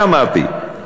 הוא שאמרתי: